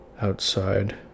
outside